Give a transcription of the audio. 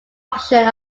functions